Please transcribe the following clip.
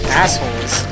assholes